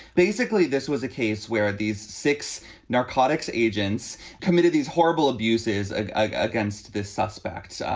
basically, this was a case where these six narcotics agents committed these horrible abuses ah against this suspects, ah